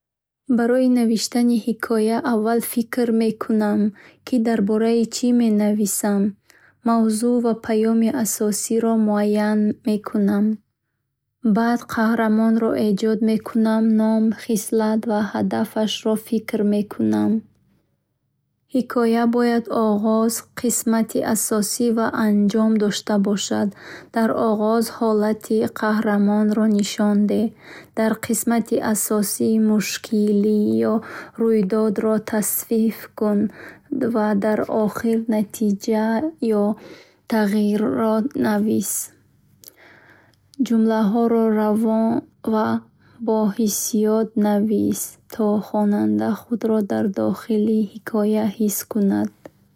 Барои навиштани ҳикоя аввал фикр мекунам, ки дар бораи чӣ менависам мавзӯъ ва паёми асосиро муайян кун. Баъд қаҳрамонро эҷод намо ном, хислат ва ҳадафашро фикр кун. Ҳикоя бояд оғоз, қисмати асосӣ ва анҷом дошта бошад. Дар оғоз ҳолати қаҳрамонро нишон деҳ, дар қисмати асосӣ мушкил ё рӯйдодро тавсиф кун, ва дар охир натиҷа ё тағйирро навис. Ҷумлаҳоро равон ва бо ҳиссиёт навис, то хонанда худро дар дохили ҳикоя эҳсос кунад.